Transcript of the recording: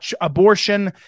abortion